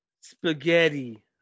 spaghetti